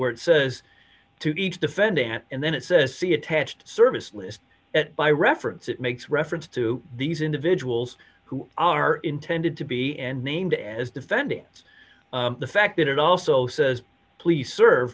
where it says to each defendant and then it says see attached service list that by reference it makes reference to these individuals who are intended to be and named as defendants the fact that it also says please serve